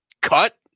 Cut